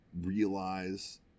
realize